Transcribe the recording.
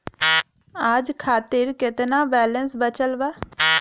आज खातिर केतना बैलैंस बचल बा?